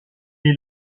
est